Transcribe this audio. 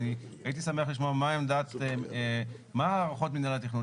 אני הייתי שמח לשמוע מה הערכות מינהל התכנון?